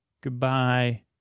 Goodbye